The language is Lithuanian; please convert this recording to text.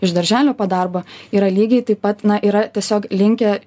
iš darželio po darbo yra lygiai taip pat na yra tiesiog linkę